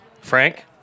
Frank